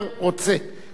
כולם ידברו.